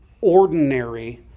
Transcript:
ordinary